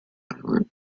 island